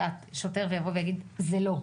שוטר לא יכול להגיד שזה לא,